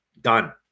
Done